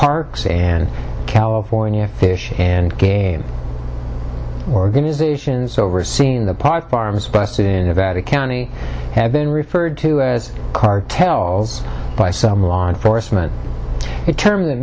parks and california fish and game organizations overseeing the park farms busted in nevada county have been referred to as cartels by some law enforcement term that